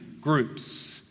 groups